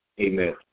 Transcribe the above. Amen